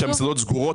כשהמסעדות סגורות,